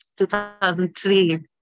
2003